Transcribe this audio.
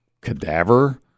cadaver